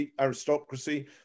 aristocracy